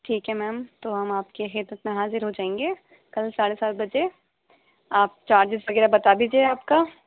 ٹھیک ہے میم تو ہم آپ کے خدمت میں حاضر ہو جائیں گے کل ساڑھے سات بجے آپ چارجز وغیرہ بتا دیجیے آپ کا